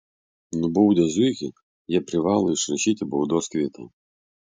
nubaudę zuikį jie privalo išrašyti baudos kvitą